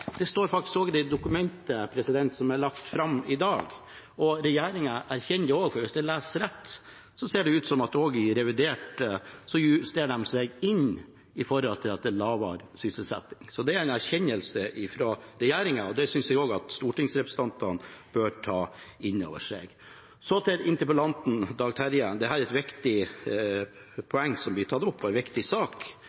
Det står faktisk også i dokumentet som er lagt fram i dag. Regjeringen erkjenner det også, for hvis jeg leser rett, ser det ut som at de også i revidert justerer seg i forhold til at det er lavere sysselsetting. Så det er en erkjennelse fra regjeringen, og det synes jeg også at stortingsrepresentantene bør ta inn over seg. Så til interpellanten, Dag Terje Andersen: Dette er et viktig